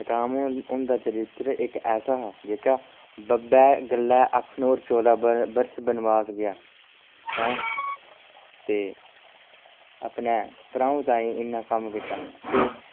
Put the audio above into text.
राम हुंदा चरित्र इक ऐसा हा जेह्का बब्बै गल्लै आखने पर चौदां बर्ष बनवास गेआ ते अपने भ्राऊं ताईं इन्ना कम्म कीता ते